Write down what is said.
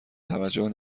توجه